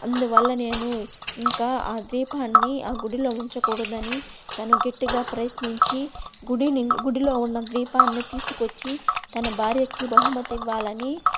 అందువల్ల నేను ఇంకా ఆ దీ పాన్ని ఆ గుడిలో ఉంచకూడదని తను గెట్టిగా ప్రయత్నించి గుడిని గుడిలో ఉన్న ద్వీపాన్ని తీసుకొచ్చి తన భార్యకి బహుమతి ఇవ్వాలని